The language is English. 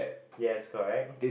yes correct